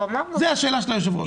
זו השאלה של היושב-ראש.